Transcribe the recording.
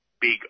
big